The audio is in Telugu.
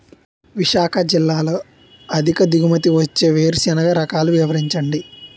విశాఖ జిల్లాలో అధిక దిగుమతి ఇచ్చే వేరుసెనగ రకాలు వివరించండి?